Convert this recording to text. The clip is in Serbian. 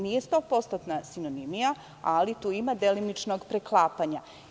Nije stopostotna sinonimija, ali tu ima delimičnog preklapanja.